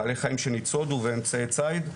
בעלי חיים שניצודו באמצעי ציד,